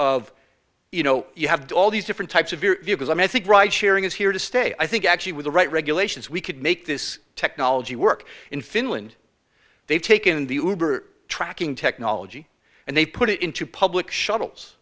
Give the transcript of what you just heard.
of you know you have to all these different types of viewers i think ride sharing is here to stay i think actually with the right regulations we could make this technology work in finland they've taken the uber tracking technology and they put it into public shuttles